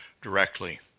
directly